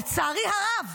לצערי הרב,